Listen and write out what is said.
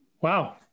Wow